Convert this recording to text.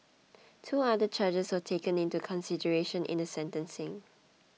two other charges were taken into consideration in the sentencing